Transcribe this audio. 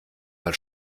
mal